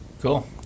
Cool